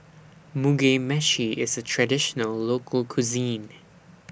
Mugi Meshi IS A Traditional Local Cuisine